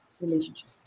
relationship